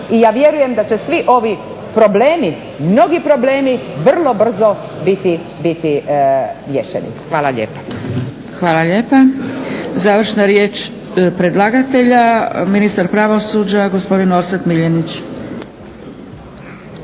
i ja vjerujem da će svi ovi problemi, mnogi problemi vrlo brzo biti riješeni. Hvala lijepa. **Zgrebec, Dragica (SDP)** Hvala lijepa. Završna riječ predlagatelja, ministar pravosuđa gospodin Orsat Miljenić.